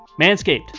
Manscaped